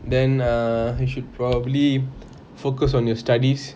then err you should probably focus on your studies